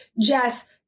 Jess